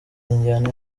injyana